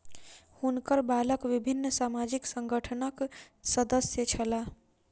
हुनकर बालक विभिन्न सामाजिक संगठनक सदस्य छला